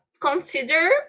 consider